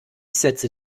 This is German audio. setze